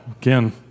again